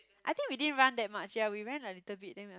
I think we didn't run that much ya we ran a little bit then we're